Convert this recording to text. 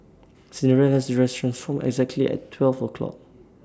Cinderella's dress transformed exactly at twelve o' clock